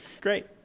Great